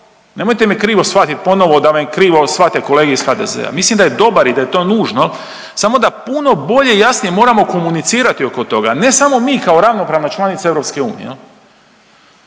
nemojte me krivo shvatit ponovo da me krivo shvate kolege iz HDZ-a, mislim da je dobar i da je to nužno samo da puno bolje i jasnije moramo komunicirati oko toga, ne samo mi kao ravnopravna članica EU.